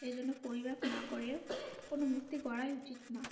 সেই জন্য পরিমাপ না করেও কোনো মূর্তি গড়াই উচিত না